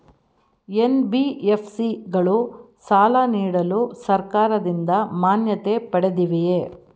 NBFC ಗಳು ಸಾಲ ನೀಡಲು ಸರ್ಕಾರದಿಂದ ಮಾನ್ಯತೆ ಪಡೆದಿವೆಯೇ?